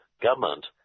government